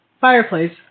fireplace